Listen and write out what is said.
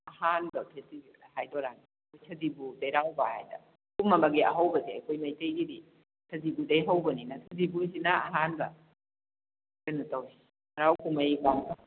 ꯑꯍꯥꯟꯕ ꯐꯦꯁꯇꯤꯚꯦꯜꯅꯦ ꯍꯥꯏꯗꯣꯏꯔ ꯁꯖꯤꯕꯨ ꯆꯩꯔꯥꯎꯕ ꯍꯥꯏꯅ ꯀꯨꯝ ꯑꯃꯒꯤ ꯑꯍꯧꯕꯁꯦ ꯑꯩꯈꯣꯏ ꯃꯩꯇꯩꯒꯤꯗꯤ ꯁꯤꯖꯤꯕꯨꯗꯒꯤ ꯍꯧꯕꯅꯤꯅ ꯁꯖꯤꯕꯨꯁꯤꯅ ꯑꯍꯥꯟꯕ ꯀꯩꯅꯣ ꯇꯧꯏ ꯍꯔꯥꯎ ꯀꯨꯝꯍꯩ ꯄꯥꯡꯊꯣꯛꯏ